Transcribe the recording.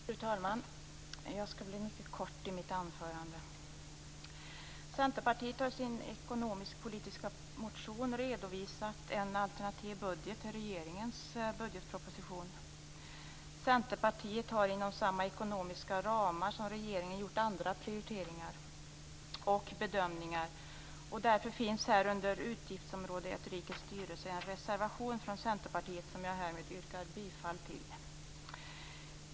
Fru talman! Jag skall fatta mig mycket kort i mitt anförande. Centerpartiet har i sin ekonomisk-politiska motion redovisat en alternativ budget till regeringens budgetproposition. Centerpartiet har inom samma ekonomiska ramar som regeringen gjort andra prioriteringar och bedömningar. Därför finns under utgiftsområde 1 Rikets styrelse en reservation från Centerpartiet som jag härmed yrkar bifall till.